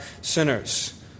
Sinners